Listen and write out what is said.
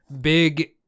big